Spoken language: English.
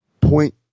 point